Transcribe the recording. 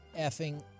effing